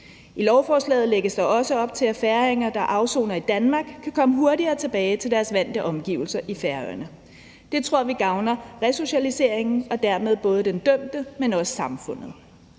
I lovforslaget lægges der også op til, at færinger, der afsoner i Danmark, kan komme hurtigere tilbage til deres vante omgivelser i Færøerne. Det tror vi gavner resocialiseringen og dermed både den dømte, men også samfundet.